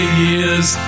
years